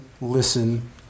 listen